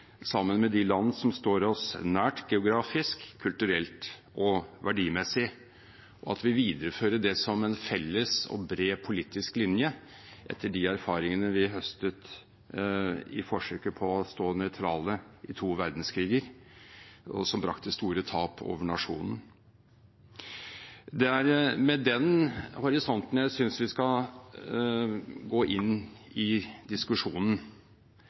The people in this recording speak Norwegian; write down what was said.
sammen med de land som står oss nær geografisk, kulturelt og verdimessig, og at vi viderefører det som en felles og bred politisk linje, etter de erfaringene vi høstet i forsøket på å stå nøytrale i to verdenskriger, noe som brakte store tap over nasjonen. Det er med den horisonten jeg synes vi skal gå inn i diskusjonen,